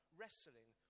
wrestling